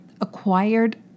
acquired